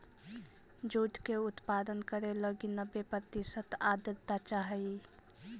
jute के उत्पादन करे लगी नब्बे प्रतिशत आर्द्रता चाहइ